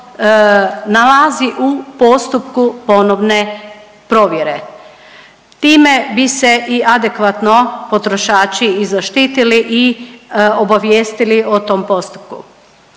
nalazi u postupku ponovne provjere. Time bi se i adekvatno potrošači i zaštitili i obavijestili o tom postupku.